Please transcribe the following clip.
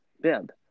bib